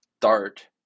Dart